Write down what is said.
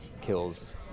kills